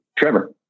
Trevor